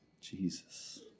Jesus